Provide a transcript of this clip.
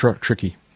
tricky